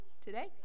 today